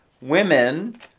women